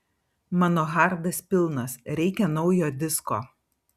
mano hardas pilnas reikia naujo disko